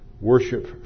worship